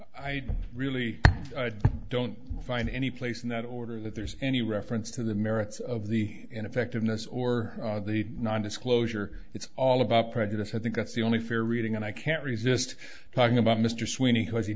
i really don't find any place in that order that there's any reference to the merits of the ineffectiveness or the nondisclosure it's all about prejudice i think that's the only fair reading and i can't resist talking about mr sweeney has he